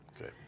Okay